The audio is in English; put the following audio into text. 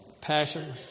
passion